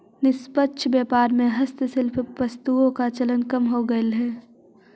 निष्पक्ष व्यापार में हस्तशिल्प वस्तुओं का चलन कम हो गईल है